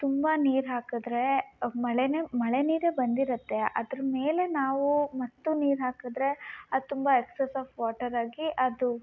ತುಂಬಾ ನೀರು ಹಾಕದರೇ ಅ ಮಳೆನೆ ಮಳೆ ನೀರೇ ಬಂದಿರುತ್ತೆ ಅದ್ರ ಮೇಲೆ ನಾವು ಮತ್ತು ನೀರು ಹಾಕದರೆ ಅದು ತುಂಬ ಎಕ್ಸೆಸ್ ಆಫ್ ವಾಟರ್ ಆಗಿ ಅದು